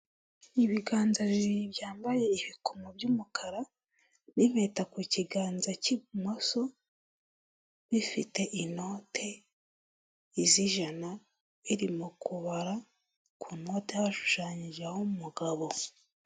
Ibiganza bibiri byambaye ibikomo by'umukara n'impeta ku kiganza cy'ibumoso, bifite inote z'ijana birimu kubara ku note hashushanyijeho umugabo.